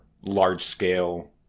large-scale